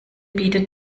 bietet